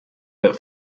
but